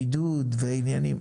בידוד ועניינים.